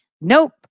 Nope